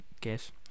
guess